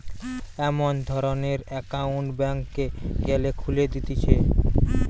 এমন ধরণের একউন্ট ব্যাংকে গ্যালে খুলে দিতেছে